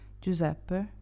Giuseppe